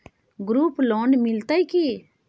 Group loan मिलतै की?